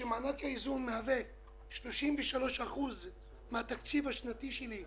שמענק האיזון מהווה 33% מן התקציב השנתי שלי,